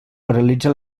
paralitza